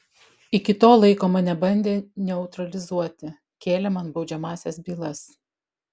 iki to laiko mane bandė neutralizuoti kėlė man baudžiamąsias bylas